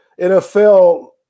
NFL –